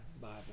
bible